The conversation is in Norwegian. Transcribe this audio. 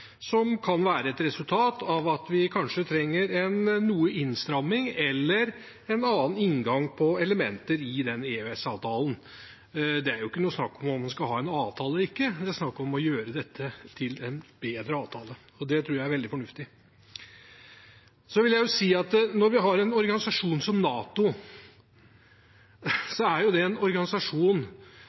som kan være et resultat av at vi kanskje trenger noe innstramming eller en annen inngang på elementer i EØS-avtalen. Det er ikke snakk om man skal ha en avtale eller ikke, men det er snakk om å gjøre dette til en bedre avtale, og det tror jeg er veldig fornuftig. Når vi har en organisasjon som NATO, vil jeg si at det er en organisasjon som rendyrker det som går på sikkerhetspolitikk; den rendyrker det